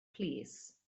plîs